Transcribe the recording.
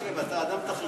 מקלב, אתה אדם תכליתי.